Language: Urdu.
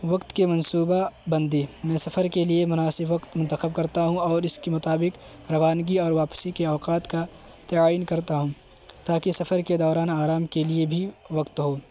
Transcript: وقت کے منصوبہ بندی میں سفر کے لیے مناسب وقت منتخب کرتا ہوں اور اس کے مطابق روانگی اور واپسی کے اوقات کا تعیین کرتا ہوں تاکہ سفر کے دوران آرام کے لیے بھی وقت ہو